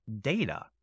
data